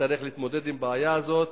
נצטרך להתמודד עם הבעיה הזאת,